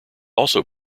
also